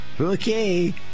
Okay